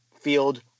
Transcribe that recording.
field